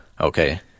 Okay